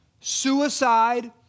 suicide